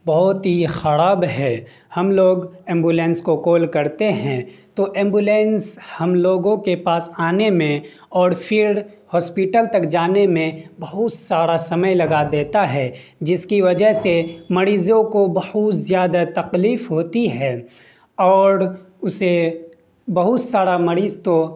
بہت ہی خراب ہے ہم لوگ ایمبولنس کو کال کرتے ہیں تو ایمبولنس ہم لوگوں کے پاس آنے میں اور پھر ہاسپیٹل تک جانے میں بہت سارا سمے لگا دیتا ہے جس کی وجہ سے مریضوں کو بہت زیادہ تکلیف ہوتی ہے اور اسے بہت سارا مریض تو